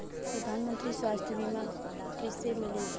प्रधानमंत्री स्वास्थ्य बीमा कइसे मिली?